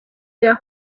der